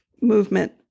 movement